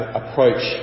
approach